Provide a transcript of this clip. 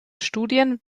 studien